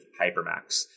Hypermax